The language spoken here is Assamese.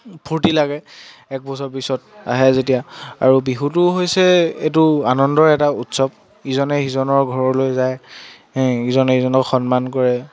ফূৰ্ত্তি লাগে এক বছৰৰ পিছত আহে যেতিয়া আৰু বিহুটো হৈছে এইটো আনন্দৰ এটা উৎসৱ ইজনে সিজনৰ ঘৰলৈ যায় ইজনে সিজনক সন্মান কৰে